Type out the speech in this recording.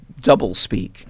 doublespeak